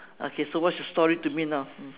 okay so what's your story to me now mm